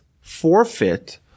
forfeit